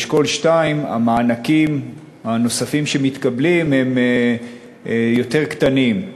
שכתוצאה ממעבר לאשכול 2 המענקים הנוספים שמתקבלים הם יותר קטנים,